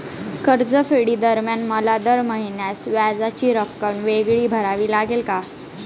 कर्जफेडीदरम्यान मला दर महिन्यास व्याजाची रक्कम वेगळी भरावी लागेल का?